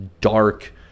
dark